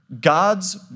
God's